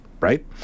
right